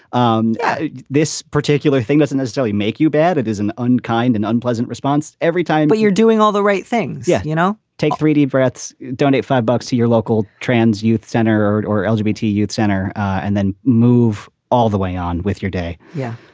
um this particular thing doesn't necessarily make you bad. it is an unkind and unpleasant response every time. what you're doing all the right things. yeah. you know, take three deep breaths. donate five bucks to your local trans youth center or or lgbt youth center and then move all the way on with your day yeah.